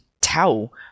tell